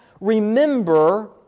remember